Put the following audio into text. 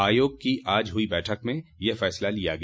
आयोग की आज हुई बैठक में यह फैसला लिया गया